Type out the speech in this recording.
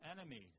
enemies